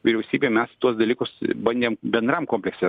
vyriausybėj mes tuos dalykus bandėm bendram komplekse